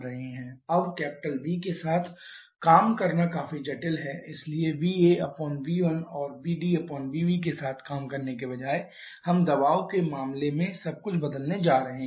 अब V के साथ काम करना काफी जटिल है इसलिए VAV1 और VDVBके साथ काम करने के बजाय हम दबाव के मामले में सब कुछ बदलने जा रहे हैं